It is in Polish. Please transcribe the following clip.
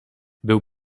był